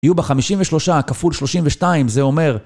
יהיו בה חמישים ושלושה כפול שלושים ושתיים, זה אומר